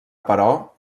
però